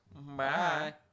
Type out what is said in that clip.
Bye